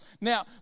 Now